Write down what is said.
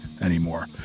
anymore